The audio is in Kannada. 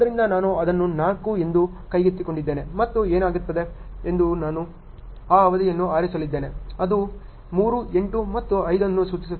ಆದ್ದರಿಂದ ನಾನು ಅದನ್ನು 4 ಎಂದು ಕೈಗೆತ್ತಿಕೊಂಡಿದ್ದೇನೆ ಮತ್ತು ಏನಾಗುತ್ತದೆ ಎಂದು ನಾನು ಆ ಅವಧಿಯನ್ನು ಆರಿಸಲಿದ್ದೇನೆ ಅದು 3 8 ಮತ್ತು 5 ಅನ್ನು ಸೂಚಿಸುತ್ತದೆ